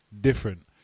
different